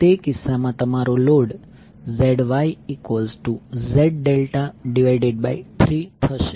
તે કિસ્સામાં તમારો લોડ ZYZ∆3 થશે